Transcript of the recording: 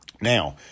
Now